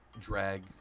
drag